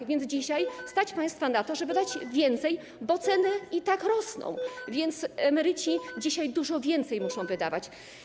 A więc dzisiaj stać państwa na to, żeby dać więcej, bo ceny i tak rosną, emeryci dzisiaj dużo więcej muszą wydawać.